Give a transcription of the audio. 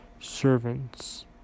servants